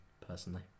personally